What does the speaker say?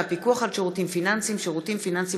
והפיקוח על שירותים פיננסיים (שירותים פיננסיים